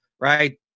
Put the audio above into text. right